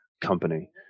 company